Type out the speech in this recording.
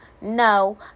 no